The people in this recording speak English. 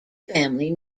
family